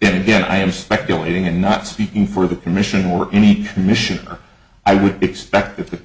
it again i am speculating and not speaking for the commission or any commission i would expect if the